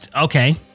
Okay